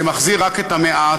זה מחזיר רק את המעט,